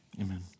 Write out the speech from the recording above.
Amen